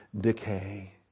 decay